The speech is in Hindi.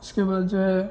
इसके बाद जो है